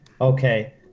okay